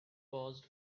paused